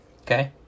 okay